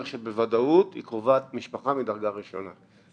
שבוודאות היא קרובת משפחה מדרגה ראשונה.